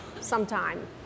sometime